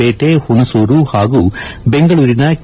ಪೇಟೆ ಹುಣಸೂರು ಹಾಗೂ ಬೆಂಗಳೂರಿನ ಕೆ